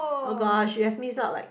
oh gosh you have missed out like